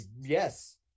yes